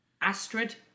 Astrid